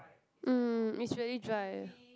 um it's really dry